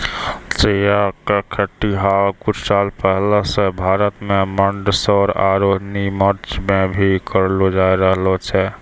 चिया के खेती हाल कुछ साल पहले सॅ भारत के मंदसौर आरो निमच मॅ भी करलो जाय रहलो छै